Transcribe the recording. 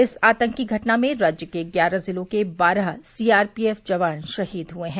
इस आतंकी घटना में राज्य के ग्यारह ज़िलों के बारह सीआरपीएफ़ जवान शहीद हुए हैं